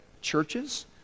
churches